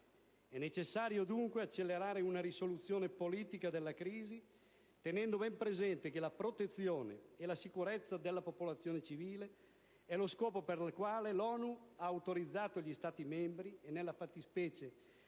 È necessario dunque accelerare una risoluzione politica della crisi, tenendo ben presente che la protezione e la sicurezza della popolazione civile è lo scopo per il quale l'ONU ha autorizzato gli Stati membri e, nella fattispecie,